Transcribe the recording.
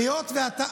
כולי אוזן.